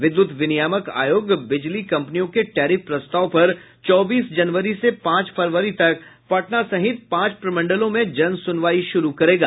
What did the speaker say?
विद्युत विनियामक आयोग बिजली कंपनियों के टैरिफ प्रस्ताव पर चौबीस जनवरी से पांच फरवरी तक पटना सहित पांच प्रमंडलों में जन सुनवाई शुरू करेगा